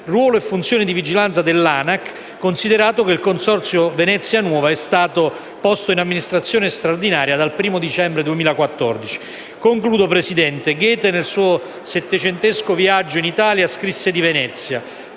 ruolo e funzioni di vigilanza dell'ANAC, considerato che il Consorzio Venezia nuova è stato posto in amministrazione straordinaria dal 1° dicembre 2014. Concludo, signor Presidente. Goethe, nel suo settecentesco viaggio in Italia scrisse di Venezia: